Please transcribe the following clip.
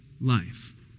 life